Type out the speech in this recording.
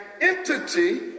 entity